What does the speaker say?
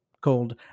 called